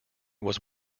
was